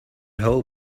whole